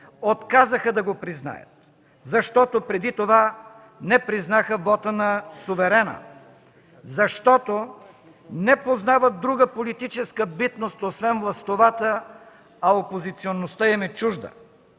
отказаха да го признаят, защото преди това не признаха вота на суверена, защото не познават друга политическа битност, освен властовата, а опозиционността им е чужда.